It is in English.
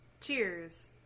Cheers